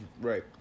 right